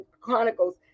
Chronicles